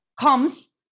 comes